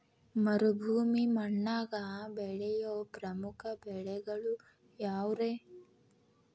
ಮರುಭೂಮಿ ಮಣ್ಣಾಗ ಬೆಳೆಯೋ ಪ್ರಮುಖ ಬೆಳೆಗಳು ಯಾವ್ರೇ?